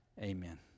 Amen